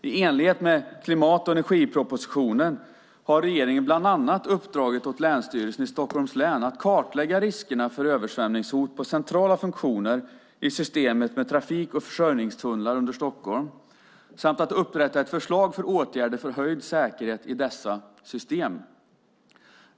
I enlighet med klimat och energipropositionen har regeringen bland annat uppdragit åt Länsstyrelsen i Stockholms län att kartlägga riskerna för översvämningshot på centrala funktioner i systemet med trafik och försörjningstunnlar under Stockholm samt att upprätta ett förslag om åtgärder för höjd säkerhet i dessa system .